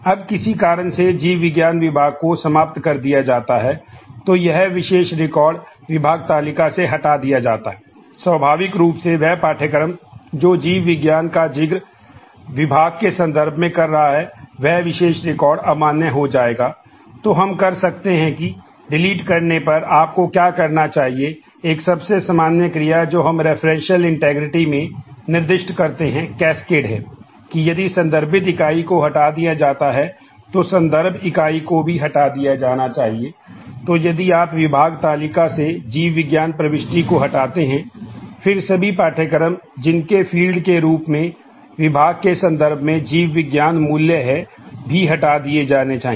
अब किसी कारण से जीव विज्ञान विभाग को समाप्त कर दिया जाता है और वह विशेष रिकॉर्ड के रूप में विभाग के संदर्भ में जीव विज्ञान मूल्य है भी हटा दिए जाने चाहिए